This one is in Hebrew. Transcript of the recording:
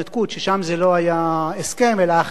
ששם זה לא היה הסכם אלא החלטת הממשלה.